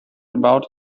about